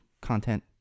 content